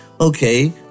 okay